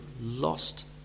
lost